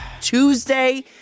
Tuesday